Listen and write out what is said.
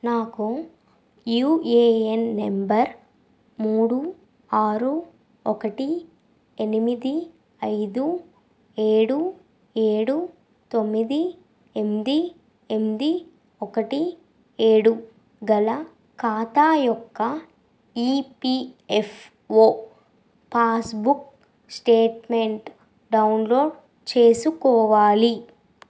నాకు UAN number మూడు ఆరు ఒకటి ఎనిమిది ఐదు ఏడు ఏడు తొమ్మిది ఎనిమిది ఎనిమిది ఒకటి ఏడు గల ఖాతా యొక్క ఈపిఎఫ్ఓ పాస్బుక్ స్టేట్మెంట్ డౌన్లోడ్ చేసుకోవాలి